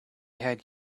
had